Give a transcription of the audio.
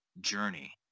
journey